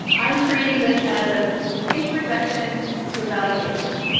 i'm creating this as an introduction to evaluation.